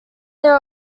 there